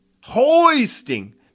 hoisting